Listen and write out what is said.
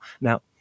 Now